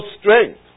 strength